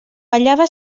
ballava